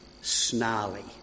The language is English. snarly